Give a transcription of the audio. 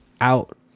out